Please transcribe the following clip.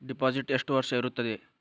Deposit ಎಷ್ಟು ವರ್ಷ ಇರುತ್ತದೆ?